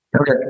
Okay